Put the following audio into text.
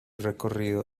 recorrido